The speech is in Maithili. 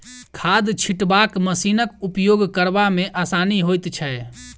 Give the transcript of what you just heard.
खाद छिटबाक मशीनक उपयोग करबा मे आसानी होइत छै